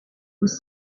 was